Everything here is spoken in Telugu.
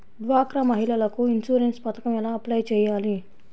డ్వాక్రా మహిళలకు ఇన్సూరెన్స్ పథకం ఎలా అప్లై చెయ్యాలి?